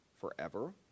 forever